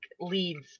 leads